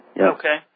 Okay